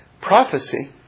prophecy